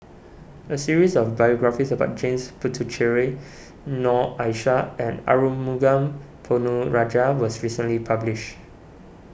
a series of biographies about James Puthucheary Noor Aishah and Arumugam Ponnu Rajah was recently published